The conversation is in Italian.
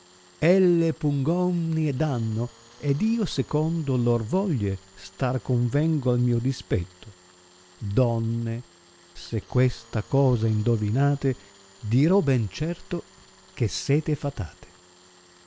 elle pungonmi e danno ed io secondo lor voglie star convengo al mio dispetto donne se questa cosa indovinate dirò ben certo che sete fatate